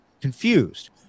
confused